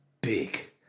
Big